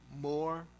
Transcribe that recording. more